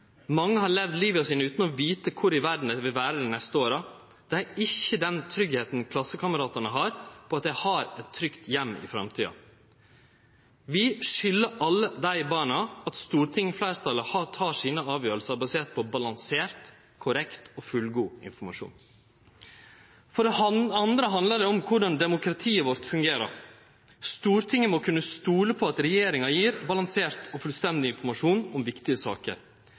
Mange har levd livet sitt utan å vite kvar i verda dei vil vere neste år. Dei har ikkje den tryggleiken klassekameratane har for at dei har ein trygg heim i framtida. Vi skuldar alle dei barna at stortingsfleirtalet tek sine avgjerder basert på balansert, korrekt og fullgod informasjon. For det andre handlar det om korleis demokratiet vårt fungerer. Stortinget må kunne stole på at regjeringa gjev balansert og fullstendig informasjon om viktige saker.